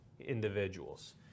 individuals